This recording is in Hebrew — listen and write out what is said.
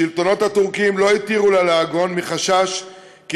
השלטונות הטורקיים לא התירו לה לעגון מחשש כי